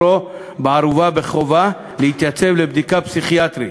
בערובה הוא חובה להתייצב לבדיקה פסיכיאטרית,